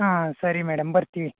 ಹಾಂ ಸರಿ ಮೇಡಮ್ ಬರ್ತೀವಿ